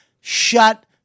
shut